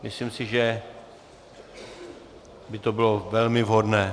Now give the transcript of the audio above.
Myslím si, že by to bylo velmi vhodné.